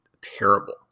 terrible